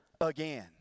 again